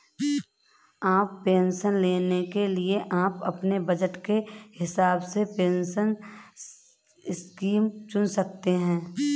अब पेंशन लेने के लिए आप अपने बज़ट के हिसाब से पेंशन स्कीम चुन सकते हो